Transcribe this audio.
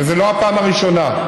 וזאת לא הפעם הראשונה,